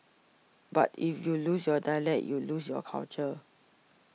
but if you lose your dialect you lose your culture